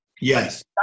Yes